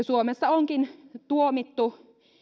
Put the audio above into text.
suomessa onkin tuomittu